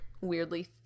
weirdly